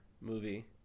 movie